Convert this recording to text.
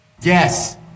yes